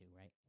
right